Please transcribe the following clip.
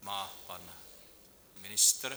Má pan ministr.